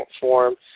form